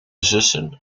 zussen